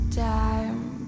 time